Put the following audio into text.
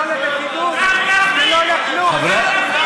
לא, לא למתינות ולא לכלום.